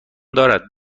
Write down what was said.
دارد